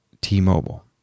T-Mobile